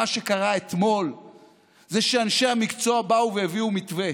מה שקרה אתמול זה שאנשי המקצוע באו והביאו מתווה.